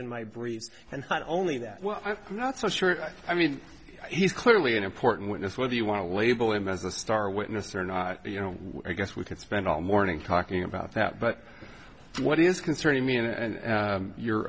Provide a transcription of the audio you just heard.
in my briefs and not only that well i'm not so sure i mean he's clearly an important witness whether you want to label him as a star witness or not but you know i guess we could spend all morning talking about that but what is concerning me and your